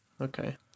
okay